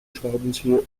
schraubenzieher